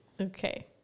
Okay